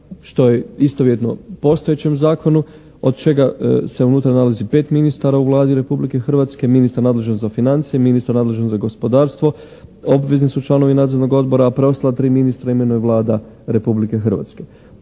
što je istovjetno postojećem zakonu od čega se unutra nalazi pet ministara u Vladi Republike Hrvatske, ministar nadležan za financije, ministar nadležan za gospodarstvo, obvezni su članovi Nadzornog odbora a preostala tri ministra imenuje Vlada Republike Hrvatske.